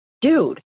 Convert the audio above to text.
dude